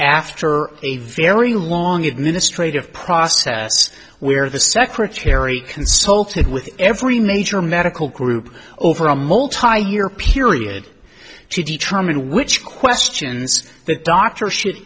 after a very long administrative process where the secretary consulted with every major medical group over a multi year period to determine which questions the doctor should